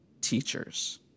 teachers